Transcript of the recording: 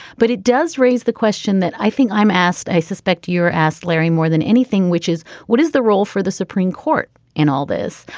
but it does raise the question that i think i'm asked. i suspect you're asked larry more than anything which is what is the role for the supreme court in all this.